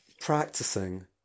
practicing